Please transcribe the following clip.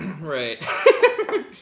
Right